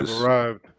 Arrived